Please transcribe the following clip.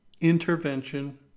intervention